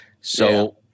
So-